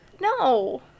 No